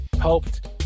helped